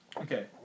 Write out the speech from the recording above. Okay